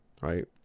right